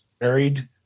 married